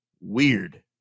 weird